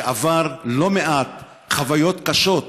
שעבר לא מעט חוויות קשות,